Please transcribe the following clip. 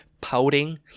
pouting